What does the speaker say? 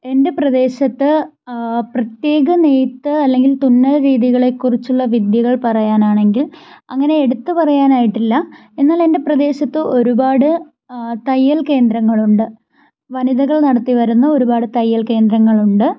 എൻ്റെ പ്രദേശത്ത് പ്രത്യേക നെയ്ത്ത് അല്ലെങ്കിൽ തുന്നൽ രീതികളെക്കുറിച്ചുള്ള വിദ്യകൾ പറയാനാണെങ്കിൽ അങ്ങനെ എടുത്ത് പറയാനായിട്ടില്ല എന്നാൽ എൻ്റെ പ്രദേശത്ത് ഒരുപാട് തയ്യൽ കേന്ദ്രങ്ങളുണ്ട് വനിതകൾ നടത്തി വരുന്ന ഒരുപാട് തയ്യൽ കേന്ദ്രങ്ങളുണ്ട്